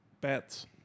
bats